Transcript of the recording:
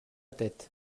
tête